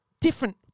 different